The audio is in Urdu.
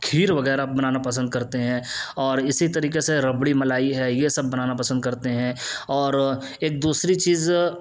کھیر وغیرہ بنانا پسند کرتے ہیں اور اسی طریقے سے ربڑی ملائی ہے یہ سب بنانا پسند کرتے ہیں اور ایک دوسری چیز